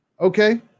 okay